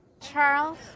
Charles